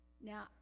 Now